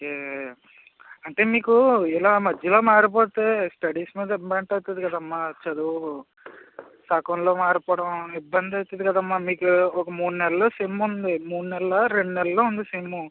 అంటే మీకు ఇలా మధ్యలో మారిపోతే స్టడీస్ మీద ఇంపాక్ట్ అవుతుంది కదమ్మా చదువు సగంలో మారిపోవడం ఇబ్బంది అవుతుంది కదమ్మా మీకు ఒక మూడు నెలల్లో సెమ్ ఉంది మూడు నెలల్లో రెండు నెలల్లో ఉంది సెమ్ము